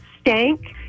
stank